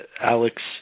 Alex